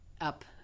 up –